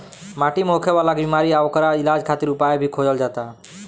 माटी मे होखे वाला बिमारी आ ओकर इलाज खातिर उपाय भी खोजल जाता